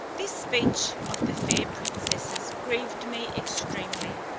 this speech of the fair princesses grieved me extremely.